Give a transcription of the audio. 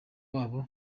wabo